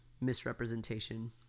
misrepresentation